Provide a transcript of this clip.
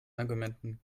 argumenten